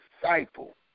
disciple